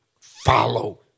follow